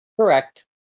Correct